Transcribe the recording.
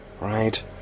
right